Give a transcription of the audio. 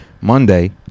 Monday